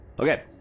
Okay